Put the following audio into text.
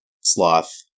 sloth